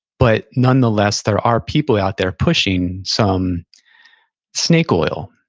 but nonetheless, there are people out there pushing some snake oil,